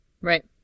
Right